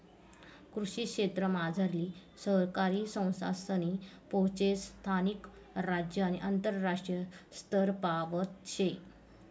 कृषी क्षेत्रमझारली सहकारी संस्थासनी पोहोच स्थानिक, राज्य आणि आंतरराष्ट्रीय स्तरपावत शे